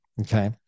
Okay